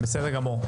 בסדר גמור.